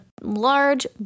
large